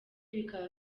bikaba